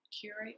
curate